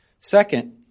Second